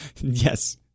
Yes